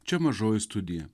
čia mažoji studija